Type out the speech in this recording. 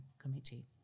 committee